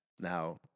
Now